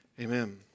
amen